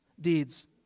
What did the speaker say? deeds